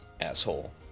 asshole